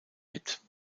mit